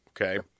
okay